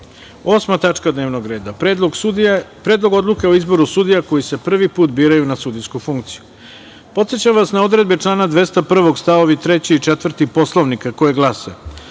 8. dnevnog reda – Predlog odluke o izboru sudija koji se prvi put biraju na sudijsku funkciju. Podsećam vas na odredbe člana 201. stav 3. i stav 4. Poslovnika koje glase: